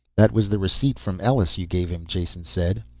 that was the receipt from ellus you gave him, jason said.